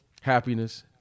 happiness